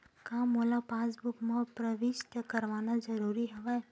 का मोला पासबुक म प्रविष्ट करवाना ज़रूरी हवय?